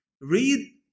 Read